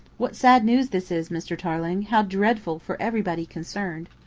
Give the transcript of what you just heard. what sad news this is, mr. tarling! how dreadful for everybody concerned!